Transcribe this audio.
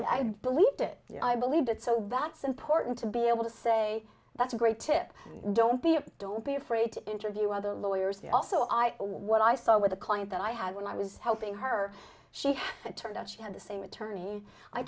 that i believed it i believed it so that's important to be able to say that's a great tip don't be don't be afraid to interview other lawyers the also i what i saw with a client that i had when i was helping her she turned out she had the same attorney i